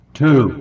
two